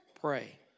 Pray